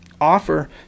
offer